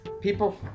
people